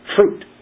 fruit